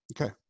Okay